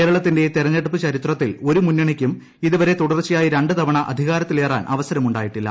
കേരളത്തിന്റെ തെരഞ്ഞെടുപ്പ് ചരിത്രത്തിൽ ഒരു മുന്നണിയ്ക്കും ഇതുവരെ തുടർച്ചയായി രണ്ട് തവണ അധികാരത്തിലേറാൻ അവസരമുണ്ടായിട്ടില്ല